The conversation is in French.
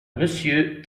monsieur